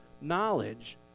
knowledge